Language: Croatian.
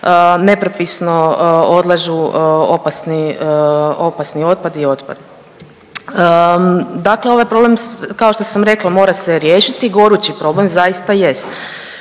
nepropisno odlažu opasni otpad i otpad. Dakle ovaj problem, kao što sam rekla, mora se riješiti, gorući problem zaista jest.